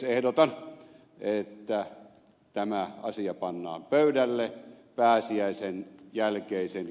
ehdotan että tämä asia pannaan pöydälle pääsiäisen jälkeisen